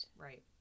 Right